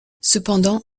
cependant